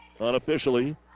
unofficially